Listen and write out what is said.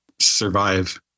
survive